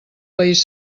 país